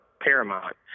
Paramount